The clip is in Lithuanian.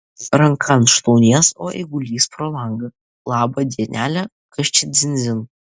ranką ant šlaunies o eigulys pro langą labą dienelę kas čia dzin dzin